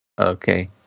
Okay